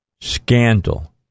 scandal